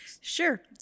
Sure